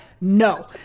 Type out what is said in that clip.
No